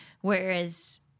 Whereas